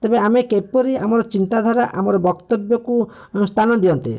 ତେବେ ଆମେ କେପରି ଆମ ଚିନ୍ତାଧାରା ଆମ ବକ୍ତବ୍ୟକୁ ସ୍ଥାନ ଦିଅନ୍ତେ